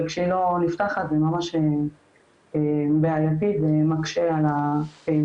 וכשהיא לא נפתחת זה ממש בעייתי ומקשה על הפעילות.